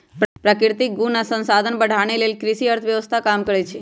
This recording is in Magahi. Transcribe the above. प्राकृतिक गुण आ संसाधन बढ़ाने लेल कृषि अर्थव्यवस्था काम करहइ